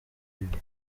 bibi